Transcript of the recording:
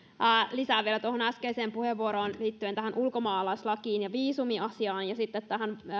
lisään vielä tuohon äskeiseen puheenvuoroon liittyen tähän ulkomaalaislakiin ja viisumiasiaan ja tähän